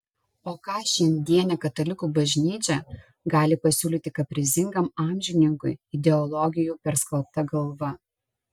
o ką šiandienė katalikų bažnyčia gali pasiūlyti kaprizingam amžininkui ideologijų perskalbta galva